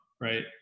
right